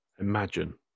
imagine